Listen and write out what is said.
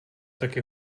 taky